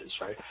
right